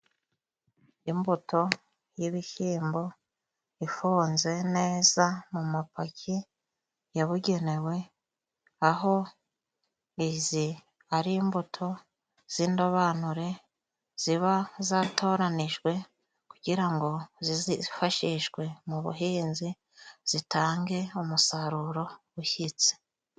Imbuto y'ibishyimbo ifunze neza mu mapaki yabugenewe, aho izi ari imbuto z'indobanure ziba zatoranijwe kugira ngo zizifashishwe mu buhinzi zitange umusaruro ushyitse.